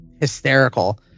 hysterical